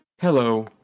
Hello